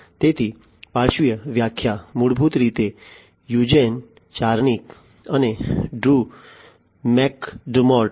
તેથી પાર્શ્વીય વ્યાખ્યા મૂળભૂત રીતે યુજેન ચાર્નિયાક અને Drew McDermott Eugene Charniak and Drew McDermott